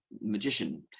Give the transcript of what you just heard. magician